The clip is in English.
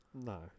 No